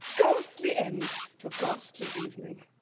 ghastly end to a ghastly evening.